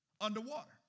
underwater